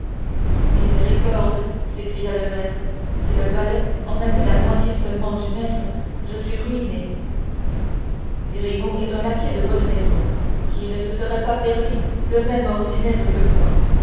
miséricorde s'écria l'hôte si le valet en a bu la moitié du maître seulement je suis ruiné grimaud est un laquais de bonne maison qui ne se serait pas permis le même ordinaire que moi